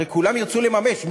הרי כולם ירצו לממש,